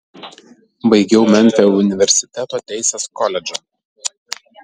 baigiau memfio universiteto teisės koledžą